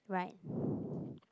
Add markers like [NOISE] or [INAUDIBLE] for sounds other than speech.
right [BREATH]